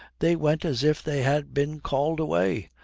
they went as if they had been called away.